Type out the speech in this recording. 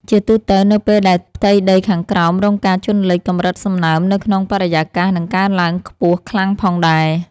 ជាទូទៅ នៅពេលដែលផ្ទៃដីខាងក្រោមរងការជន់លិច កម្រិតសំណើមនៅក្នុងបរិយាកាសនឹងកើនឡើងខ្ពស់ខ្លាំងផងដែរ។